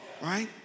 right